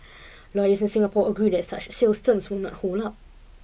lawyers in Singapore agree that such sales terms would not hold up